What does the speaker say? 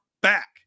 back